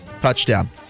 Touchdown